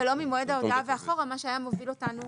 ולא ממועד ההודעה ואחורה; מה שהיה מוביל אותנו